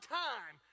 time